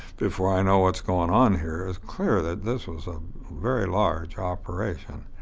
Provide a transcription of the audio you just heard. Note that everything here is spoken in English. before i know what's going on here? it was clear that this was a very large operation.